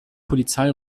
polizei